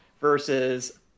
versus